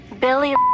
Billy